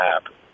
happen